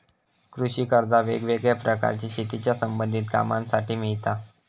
कृषि कर्जा वेगवेगळ्या प्रकारची शेतीच्या संबधित कामांसाठी मिळता